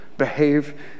behave